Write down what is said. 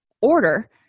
Order